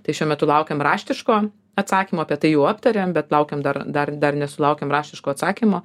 tai šiuo metu laukiam raštiško atsakymo apie tai jau aptarėm bet laukiam dar dar dar nesulaukėm raštiško atsakymo